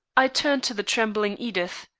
i turned to the trembling edith.